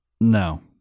No